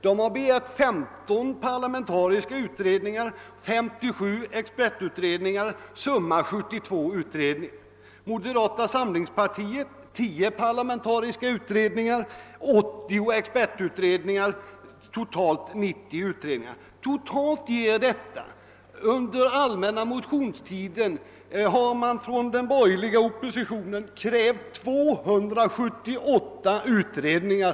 Det har begärt 15 parlamentariska utredningar och 57 expertutredningar, summa 72 utredningar, medan moderata samlingspartiet krävt 10 parlamentariska utredningar och 80 expertutredningar, inalles 90 utredningar. Totalt betyder detta att den borgerliga oppositionen under den allmänna motionstiden yrkat att riksdagen skulle ha begärt sammanlagt 278 utredningar.